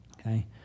okay